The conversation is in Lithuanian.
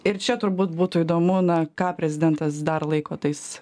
ir čia turbūt būtų įdomu na ką prezidentas dar laiko tais